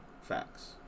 Facts